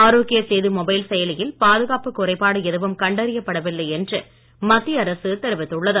ஆரோக்கிய Setu mobile செயலியில் பாதுகாப்புக் குறைபாடு எதுவும் கண்டறியப்பட வில்லை என்று மத்திய அரசு தெரிவித்துள்ளது